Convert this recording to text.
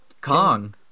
Kong